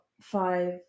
five